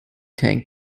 tank